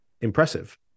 impressive